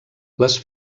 les